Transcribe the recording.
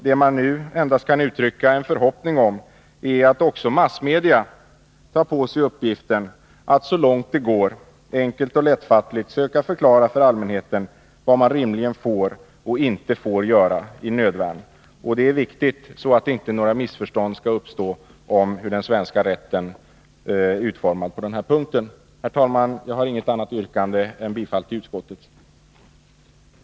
Man kan nu endast uttrycka en förhoppning om att också massmedia tar på sig uppgiften att så långt det går enkelt och lättfattligt söka förklara för allmänheten vad man rimligen får och inte får göra i nödvärn. Detta är viktigt, så att inga missförstånd skall uppstå om hur den svenska rätten är utformad på den här punkten. Herr talman! Jag har inget annat yrkande än bifall till utskottets hemställan.